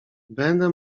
będę